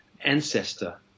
ancestor